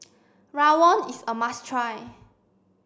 Rawon is a must try